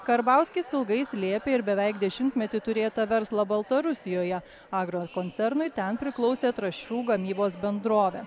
karbauskis ilgai slėpė ir beveik dešimtmetį turėtą verslą baltarusijoje agrokoncernui ten priklausė trąšų gamybos bendrovė